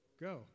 Go